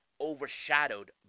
overshadowed